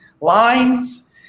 lines